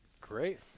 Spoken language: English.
great